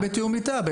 אפשר בתיאום איתה.